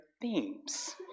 themes